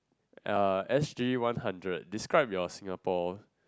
ya S_G one hundred describe your Singapore